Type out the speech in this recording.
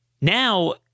Now